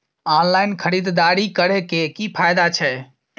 Online खरीददारी करै केँ की फायदा छै?